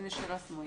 בנשירה סמויה.